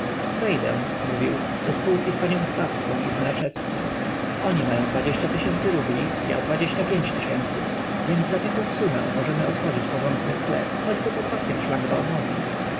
wejdę mówił do spółki z panią stawską i z mraczewskim oni mają rubli ja więc za taką sumę możemy otworzyć porządny sklep choćby pod bokiem